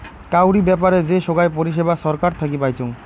কাউরি ব্যাপারে যে সোগায় পরিষেবা ছরকার থাকি পাইচুঙ